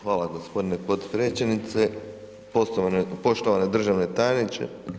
Hvala gospodine podpredsjedniče, poštovana državna tajnice.